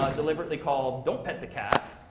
deliberately called don't pet the cat?